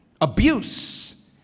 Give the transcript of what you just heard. abuse